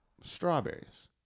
strawberries